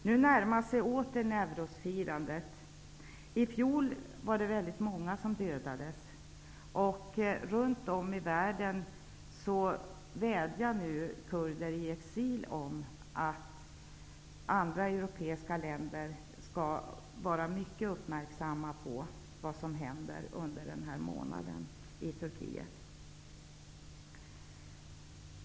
Nu närmar sig åter Newros-firandet. I fjol dödades många. Runt om i världen vädjar kurder i exil om att europeiska länder skall vara mycket uppmärksamma på vad som händer under den här månaden i Turkiet.